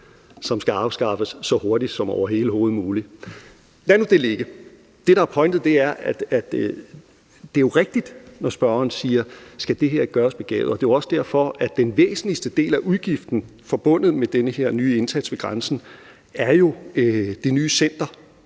som skal afskaffes så hurtigt som overhovedet muligt. Lad det nu det ligge. Det, der er pointet, er jo, at det er rigtigt, når spørgeren siger, at det her skal gøres begavet. Det er jo også derfor, at den væsentligste del af udgiften forbundet med den her nye indsats ved grænsen er til det nye center